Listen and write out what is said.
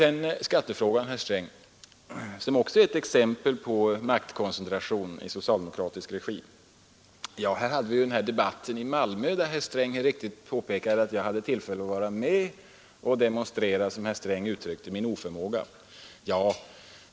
Sedan vill jag beröra skattefrågan, herr Sträng, som också är ett exempel på maktkoncentration i socialdemokratisk regi. Det fördes en debatt i Malmö, och herr Sträng påpekade helt riktigt att jag hade tillfälle att vara med i den och demonstrera — som herr Sträng uttrycker det — min oförmåga.